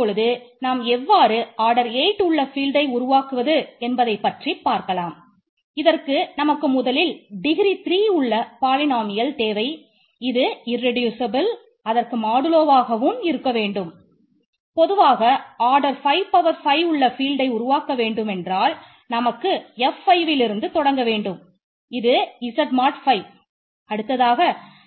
பொதுவாக நமக்கு ஆர்டர்